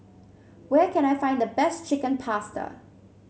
where can I find the best Chicken Pasta